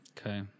Okay